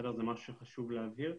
זה משהו שחשוב להבהיר,